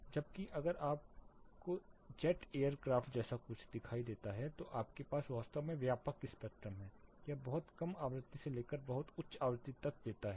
जबकि अगर आपको जेट एयर क्राफ्ट जैसा कुछ दिखाई देता है तो आपके पास वास्तव में व्यापक स्पेक्ट्रम है यह बहुत कम आवृत्ति से लेकर बहुत उच्च आवृत्ति तक देताहै